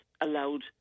allowed